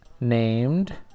named